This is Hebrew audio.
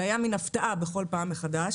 זה היה מין הפתעה בכל פעם מחדש.